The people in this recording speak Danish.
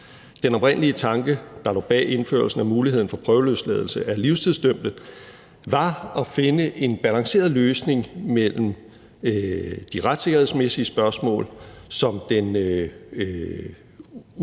Den oprindelige tanke, der lå bag indførelsen af muligheden for prøveløsladelse af livstidsdømte, var at finde en balanceret løsning mellem de retssikkerhedsmæssige spørgsmål, som den